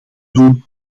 doen